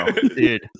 dude